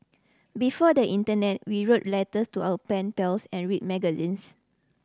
before the internet we wrote letters to our pen pals and read magazines